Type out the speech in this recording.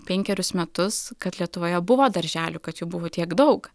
penkerius metus kad lietuvoje buvo darželių kad jų buvo tiek daug